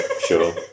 sure